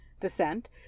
descent